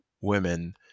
women